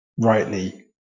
rightly